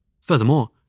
Furthermore